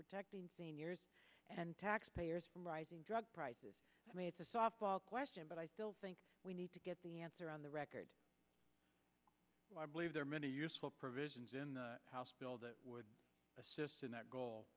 protecting seniors and taxpayers from rising drug prices i mean it's a softball question but i still think we need to get the answer on the record i believe there are many useful provisions in the house bill that would assist in that